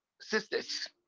sisters